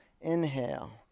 inhale